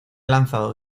lanzado